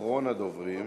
אחרון הדוברים,